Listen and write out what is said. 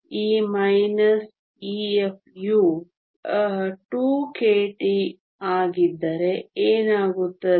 E Ef ಯು 2kT ಆಗಿದ್ದರೆ ಏನಾಗುತ್ತದೆ